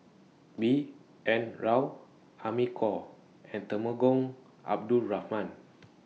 B N Rao Amy Khor and Temenggong Abdul Rahman